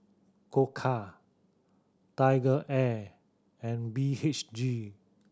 Koka TigerAir and B H G